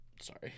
Sorry